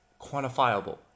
quantifiable